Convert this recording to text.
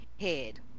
head